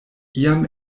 iam